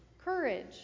courage